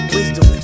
Wisdom